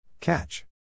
catch